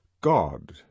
God